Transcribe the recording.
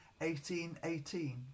1818